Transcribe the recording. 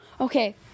Okay